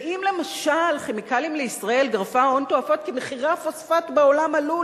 ואם למשל "כימיקלים לישראל" גרפה הון תועפות כי מחירי הפוספט בעולם עלו,